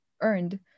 earned